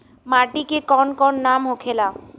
माटी के कौन कौन नाम होखे ला?